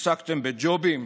עסקתם בג'ובים,